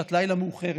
בשעת לילה מאוחרת,